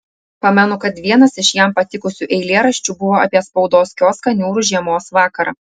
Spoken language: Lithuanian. pamenu kad vienas iš jam patikusių eilėraščių buvo apie spaudos kioską niūrų žiemos vakarą